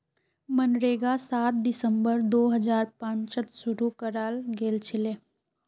मनरेगा सात दिसंबर दो हजार पांचत शूरू कराल गेलछिले